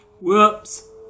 Whoops